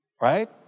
right